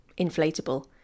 inflatable